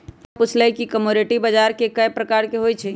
प्रियंका पूछलई कि कमोडीटी बजार कै परकार के होई छई?